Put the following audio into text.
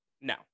No